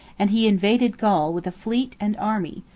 and he invaded gaul with a fleet and army,